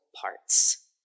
parts